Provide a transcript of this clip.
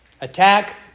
attack